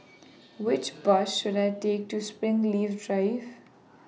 Which Bus should I Take to Springleaf Drive